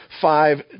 five